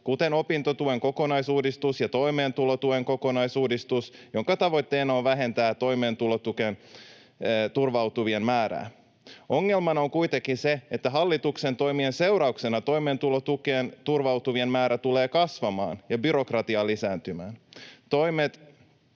kuten opintotuen kokonaisuudistus ja toimeentulotuen kokonaisuudistus, jonka tavoitteena on vähentää toimeentulotukeen turvautuvien määrää. Ongelmana on kuitenkin se, että hallituksen toimien seurauksena toimeentulotukeen turvautuvien määrä tulee kasvamaan ja byrokratia lisääntymään.